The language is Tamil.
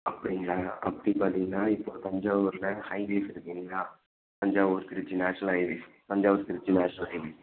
அப்படிங்களா அப்படி பார்த்தீங்கன்னா இப்போ தஞ்சாவூரில் ஹைவேஸ் இருக்குதுங்களா Thanjavur Trichy national highways Thanjavur Trichy national highways